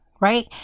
right